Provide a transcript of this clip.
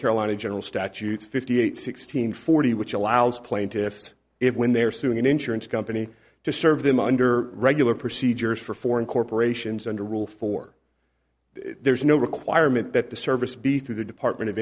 carolina general statutes fifty eight sixteen forty which allows plaintiffs if when they are suing an insurance company to serve them under regular procedures for foreign corporations under a rule for there is no requirement that the service be through the department of